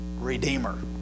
Redeemer